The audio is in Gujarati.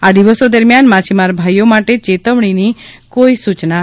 આ દિવસો દરમિયાન માછીમાર ભાઈઓ માટે ચેતવણીની કોઈ સૂચના નથી